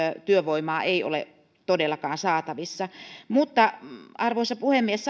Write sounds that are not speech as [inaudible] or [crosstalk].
työvoimaa ei ole todellakaan saatavissa mutta arvoisa puhemies [unintelligible]